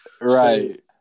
right